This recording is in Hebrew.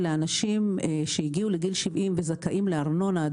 לאנשים שהגיעו לגיל 70 וזכאים להנחה בארנונה,